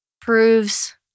proves